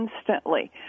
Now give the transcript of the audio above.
instantly